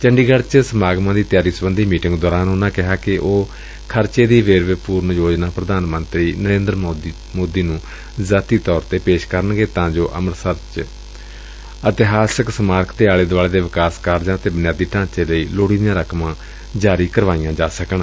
ਚੰਡੀਗੜ ਚ ਸਮਾਗਮਾਂ ਦੀਆਂ ਤਿਆਰੀਆਂ ਸਬੰਧੀ ਮੀਟਿੰਗ ਦੌਰਾਨ ਉਨੂਾਂ ਕਿਹਾ ਕਿ ਉਹ ਖਰਚੇ ਦੀ ਵਿਸਤ੍ਤਿ ਯੋਜਨਾ ਪ੍ਧਾਨ ਮੰਤਰੀ ਨਰਿੰਦਰ ਮੋਦੀ ਨੂੰ ਨਿੱਜੀ ਤੌਰ ਤੇ ਪੇਸ਼ ਕਰਨਗੇ ਤਾਂ ਜੋ ਅੰਮ੍ਤਿਸਰ ਚ ਸਬਿਤ ਇਤਿਹਾਸਕ ਸਮਾਰਕ ਦੇ ਆਲੇ ਦੁਆਲੇ ਦੇ ਵਿਕਾਸ ਕਾਰਜਾਂ ਅਤੇ ਬੁਨਿਆਦੀ ਢਾਂਚੇ ਲਈ ਲੋੜੀਂਦੇ ਫੰਡ ਜਾਰੀ ਕਰਵਾਏ ਜਾ ਸਕਣ